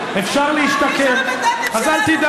מ-12, תאמינו לי, אפשר להשתקם, אז אל תדאג.